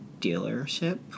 dealership